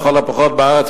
לכל הפחות בארץ,